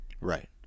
Right